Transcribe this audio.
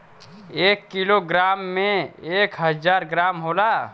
एक kilogram में एक हजार ग्राम होला